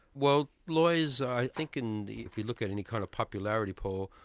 well lawyers i think and if you look at any kind of popularity poll,